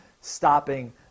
stopping